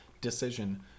decision